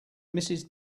mrs